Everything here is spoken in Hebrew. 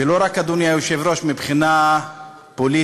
ולא רק, אדוני היושב-ראש, מבחינה פוליטית